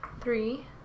three